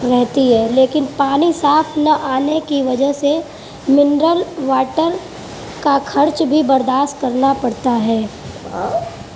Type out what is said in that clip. رہتی ہے لیکن پانی صاف نہ آنے کی وجہ سے منرل واٹر کا خرچ بھی برداشت کرنا پڑتا ہے